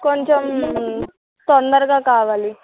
కొంచెం తొందరగా కావాలి